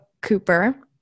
Cooper